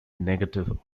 negative